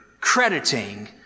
crediting